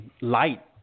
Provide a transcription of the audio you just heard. light